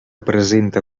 presenta